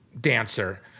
dancer